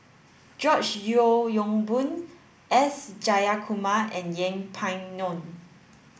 George Yeo Yong Boon S Jayakumar and Yeng Pway Ngon